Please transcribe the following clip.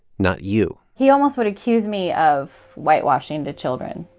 not you he almost would accuse me of whitewashing the children